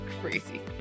Crazy